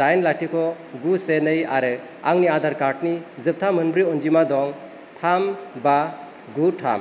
दाइन लाथिख' गु से नै आरो आंनि आधार कार्डनि जोबथा मोनब्रै अनजिमा दं थाम बा गु थाम